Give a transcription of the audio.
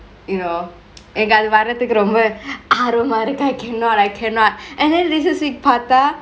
you know எனக்கு அது வரதுக்கு ரொம்ப ஆர்வமா இருக்கா:enaku athu varathuku rombe aarvama iruka I cannot I cannot and then recess week பாத்தா:paatha